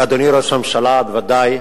אדוני ראש הממשלה, בוודאי,